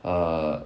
err